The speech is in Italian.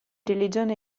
religione